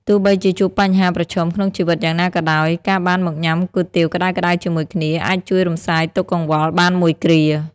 ទោះបីជាជួបបញ្ហាប្រឈមក្នុងជីវិតយ៉ាងណាក៏ដោយ ការបានមកញ៉ាំគុយទាវក្តៅៗជាមួយគ្នា អាចជួយរំសាយទុក្ខកង្វល់បានមួយគ្រា។